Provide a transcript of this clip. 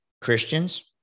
christians